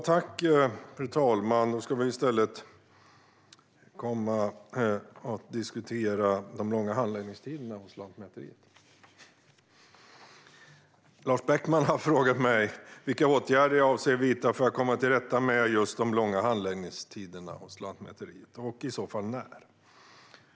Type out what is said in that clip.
Fru talman! Nu ska vi alltså i stället diskutera de långa handläggningstiderna hos Lantmäteriet. Lars Beckman har frågat mig vilka åtgärder jag avser att vidta för att komma till rätta med just de långa handläggningstiderna hos Lantmäteriet, och i så fall när.